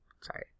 sorry